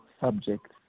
subjects